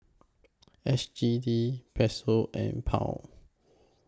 S G D Peso and Pound